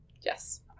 Yes